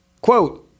Quote